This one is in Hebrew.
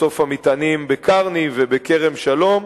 מסוף המטענים בקרני ובכרם-שלום,